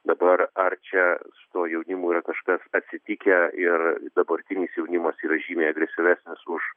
dabar ar čia su tuo jaunimu yra kažkas atsitikę ir dabartinis jaunimas yra žymiai agresyvesnis už